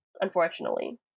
Unfortunately